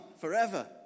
Forever